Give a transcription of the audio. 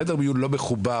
חדר מיון לא מחובר